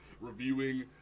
reviewing